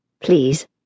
Please